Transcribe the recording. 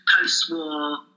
post-war